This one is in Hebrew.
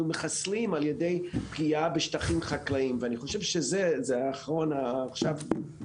מחסלים על ידי פגיעה בשטחים חקלאיים ואני חושב שזה היה נכון לעכשיו,